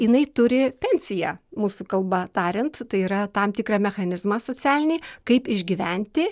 jinai turi pensiją mūsų kalba tariant tai yra tam tikrą mechanizmą socialinį kaip išgyventi